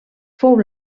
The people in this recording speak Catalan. fou